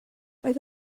roedd